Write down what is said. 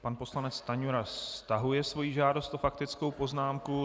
Pan poslanec Stanjura stahuje svoji žádost o faktickou poznámku.